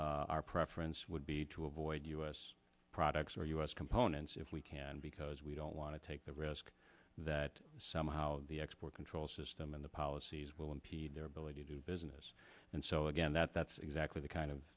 our preference would be to avoid u s products or u s components if we can because we don't want to take the risk that somehow the export control system and the policies will impede their ability to do business and so again that that's exactly the kind of